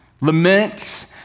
Laments